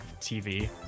TV